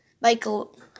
Michael